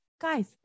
guys